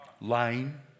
lying